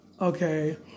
Okay